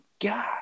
god